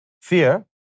fear